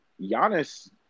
Giannis